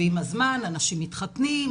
ועם הזמן אנשים מתחתנים,